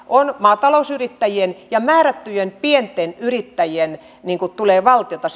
on maatalousyrittäjien ja määrättyjen pienten yrittäjien tulee valtiolta